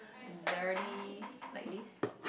dirty like this